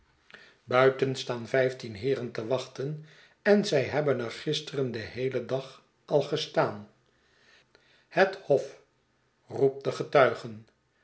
buiten staan vijftien heeren te wachten en zij hebben er gisteren den heelen dag al gestaan het hof roep de getuigen